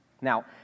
Now